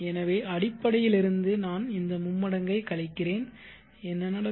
எனவே அடிபடையிலிருந்து நான் இந்த மும்மடங்கைக் கழிக்கிறேன் என்ன நடக்கும்